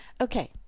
Okay